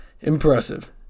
Impressive